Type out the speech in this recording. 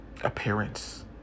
Appearance